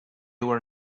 were